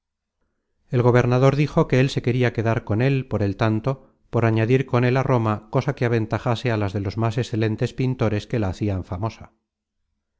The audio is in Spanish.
el gobernador dijo que él se queria quedar con él por el tanto por añadir con él á roma cosa que aventajase á las de los más excelentes pintores que la hacian famosa